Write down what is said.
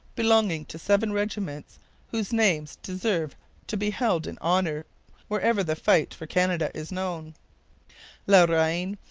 belonging to seven regiments whose names deserve to be held in honour wherever the fight for canada is known la reine,